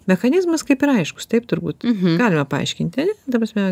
mechanizmas kaip ir aiškus taip turbūt galima paaiškinti ta prasme